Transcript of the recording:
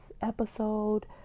episode